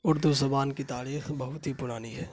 اردو زبان کی تاریخ بہت ہی پرانی ہے